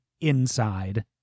inside